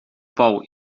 bou